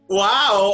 wow